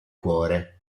cuore